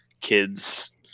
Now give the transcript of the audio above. kids